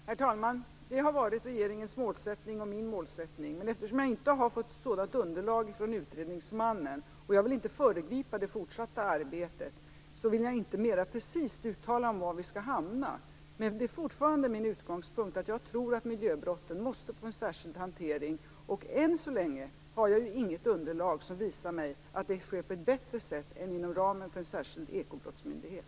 Herr talman! Det har varit regeringens och min målsättning. Men eftersom jag inte fått sådant underlag från utredningsmannen och eftersom jag inte vill föregripa det fortsatta arbetet kan jag inte mera precist uttala om var vi skall hamna. Men det är fortfarande min utgångspunkt att miljöbrotten måste få en särskild hantering. Än så länge har vi inget underlag som visar mig att det sker på ett bättre sätt än inom ramen för en särskild ekobrottsmyndighet.